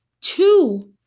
two